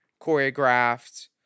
choreographed